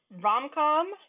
rom-com